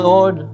Lord